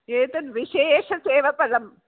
एतत् विशेषसेवफलम्